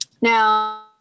Now